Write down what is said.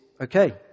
okay